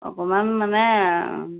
অকমান মানে